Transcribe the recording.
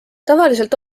tavaliselt